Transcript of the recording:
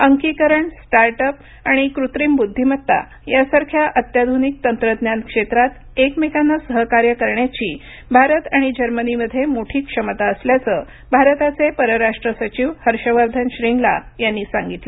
अंकीकरण start up आणि कृत्रिम बुद्धिमत्ता यासारख्या अत्याधुनिक तंत्रज्ञान क्षेत्रात एकमेकांना सहकार्य करण्याची भारत आणि जर्मनीमध्ये मोठी क्षमता असल्याचं भारताचे परराष्ट्र सचिव हर्षवर्धन श्रींगला यांनी सांगितलं